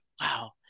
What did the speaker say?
wow